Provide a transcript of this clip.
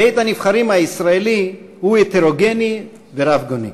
בית-הנבחרים הישראלי הוא הטרוגני ורבגוני.